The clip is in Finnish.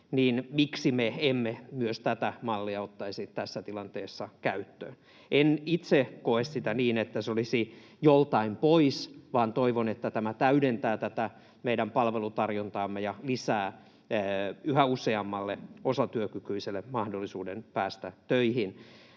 joten miksi me emme myös tätä mallia ottaisi tässä tilanteessa käyttöön? En itse koe sitä niin, että se olisi joltain pois, vaan toivon, että tämä täydentää meidän palvelutarjontaamme ja lisää yhä useammalle osatyökykyiselle mahdollisuuden päästä töihin